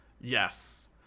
Yes